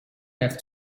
have